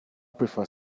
prefer